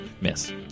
Miss